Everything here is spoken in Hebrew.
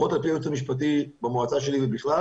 לפחות על פי הייעוץ המשפטי במועצה שלי ובכלל,